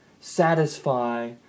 satisfy